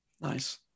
nice